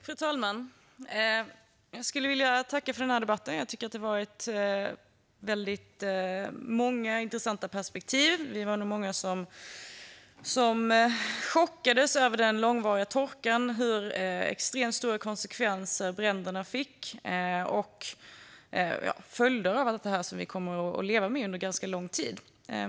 Fru talman! Jag vill tacka för den här debatten. Jag tycker att det har varit många intressanta perspektiv. Vi var nog många som chockades över den långvariga torkan och de extremt stora konsekvenser som bränderna fick. Vi kommer att leva med följderna av dem i ganska lång tid.